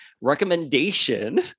recommendation